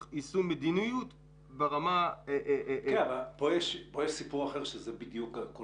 יישום מדיניות ברמה --- פה יש סיפור אחר שזו בדיוק כל